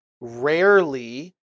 rarely